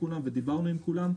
ודיברנו עם כולם.